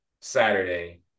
Saturday